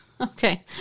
Okay